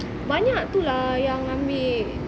banyak tu lah yang amek